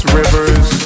rivers